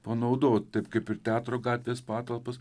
panaudot taip kaip ir teatro gatvės patalpas